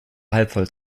halbvoll